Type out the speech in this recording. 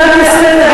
1,600 שנה,